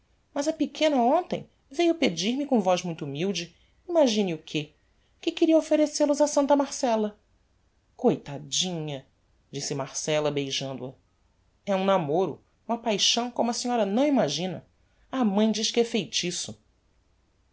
mas a pequena hontem veiu pedir-me com voz muito humilde imagine o que que queria offerecel os a santa marcella coitadinha disse marcella beijando-a é um namoro uma paixão como a senhora não imagina a mãe diz que é feitiço